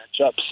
matchups